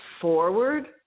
forward